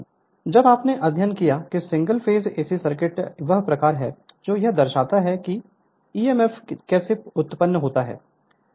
Refer Slide Time 0136 जब आपने अध्ययन किया कि सिंगल फेज एसी सर्किट वह प्रकार है जो यह दर्शाता है कि ईएमएफ कैसे उत्पन्न होता है